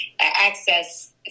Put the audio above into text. access